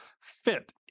fit